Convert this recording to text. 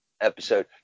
episode